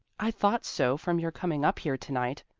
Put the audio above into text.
i thought so from your coming up here to-night.